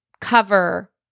cover